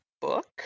book